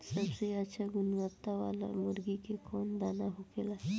सबसे अच्छा गुणवत्ता वाला मुर्गी के कौन दाना होखेला?